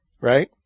right